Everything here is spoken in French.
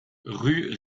rue